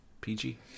pg